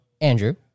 Andrew